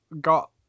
got